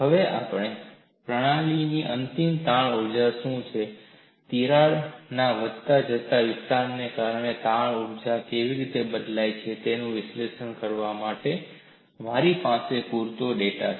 હવે જાણો પ્રણાલીની અંતિમ તાણ ઊર્જા શું છે અને તિરાડના વધતા જતા વિસ્તરણને કારણે તાણની ઊર્જા કેવી બદલાઇ છે તેનું વિશ્લેષણ કરવા માટે મારી પાસે પૂરતો ડેટા છે